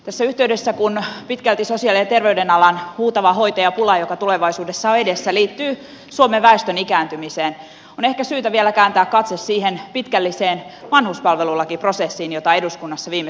tässä yhteydessä kun pitkälti sosiaali ja terveysalan huutava hoitajapula joka tulevaisuudessa on edessä liittyy suomen väestön ikääntymiseen on ehkä syytä vielä kääntää katse siihen pitkälliseen vanhuspalvelulakiprosessiin jota eduskunnassa viime syksynä käytiin